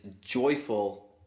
joyful